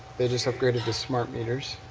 they just upgraded to smart-meters.